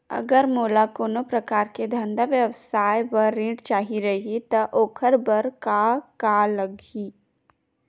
अगर मोला कोनो प्रकार के धंधा व्यवसाय पर ऋण चाही रहि त ओखर बर का का लगही?